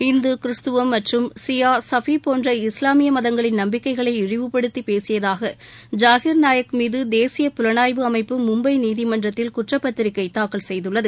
இந்து கிறிஸ்துவர் மற்றும் சியா சஃபி போன்ற இஸ்லாமிய மதங்களின் நம்பிக்கைகளை இழிவுப்படுத்தி பேசியதாக ஜாஹிர் நாயக் மீது தேசிய புலனாய்வு அமைப்பு மும்பை நீதிமன்றத்தில் குற்றப்பத்திரிகை தாக்கல் செய்துள்ளது